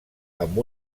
amb